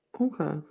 Okay